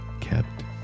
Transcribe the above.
kept